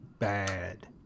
bad